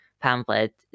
pamphlet